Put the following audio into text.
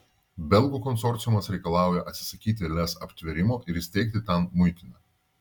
belgų konsorciumas reikalauja atsisakyti lez aptvėrimo ir įsteigti ten muitinę